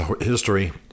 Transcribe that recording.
history